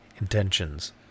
intentions